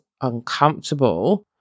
uncomfortable